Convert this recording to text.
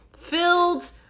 filled